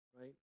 right